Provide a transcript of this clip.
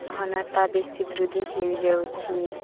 ଘନତା ବେଶୀ ବୃଦ୍ଧି ହୋଇଯାଉଛି